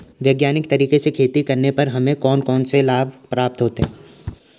वैज्ञानिक तरीके से खेती करने पर हमें कौन कौन से लाभ प्राप्त होंगे?